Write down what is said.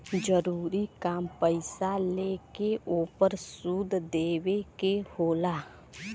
जरूरी काम पईसा लेके ओपर सूद देवे के होला